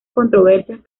controversias